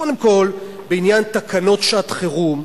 קודם כול, בעניין תקנות שעת-חירום,